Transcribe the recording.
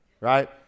right